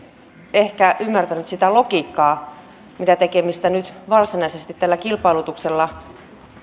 ehkä ymmärtänyt sitä logiikkaa mitä tekemistä nyt varsinaisesti tällä kilpailutuksella